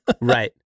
Right